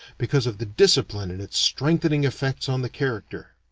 because of the discipline and its strengthening effects on the character.